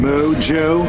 Mojo